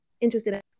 interested